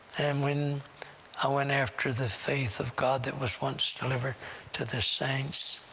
and when i went after the faith of god that was once delivered to the saints,